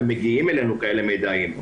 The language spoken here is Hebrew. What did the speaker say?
ומגיעים אלינו כאלה מידעים.